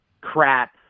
crap